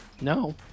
No